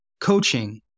coaching